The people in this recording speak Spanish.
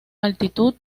altitud